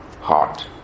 heart